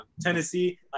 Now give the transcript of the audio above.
Tennessee